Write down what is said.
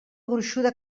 gruixuda